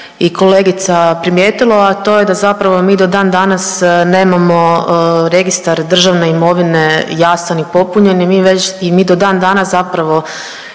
i kolegica primijetilo, a to je da zapravo mi do dan danas nemamo registar državne imovine jasan i popunjen i već i mi do dan danas i ta